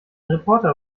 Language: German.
reporter